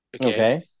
Okay